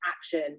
action